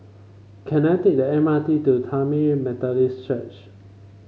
can I take the M R T to Tamil Methodist Church